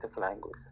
language